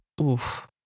oof